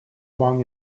among